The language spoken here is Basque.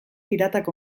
piratak